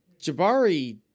Jabari